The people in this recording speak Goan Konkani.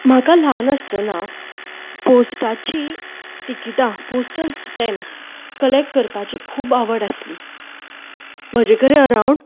म्हाका ल्हान आसतना पोस्टाची तिकटां पोस्टल स्टेप्स कलेक्ट करपाची खूब आवड आसली म्हजे कडेन अराउंड